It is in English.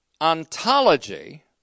ontology